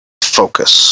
Focus